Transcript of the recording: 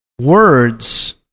words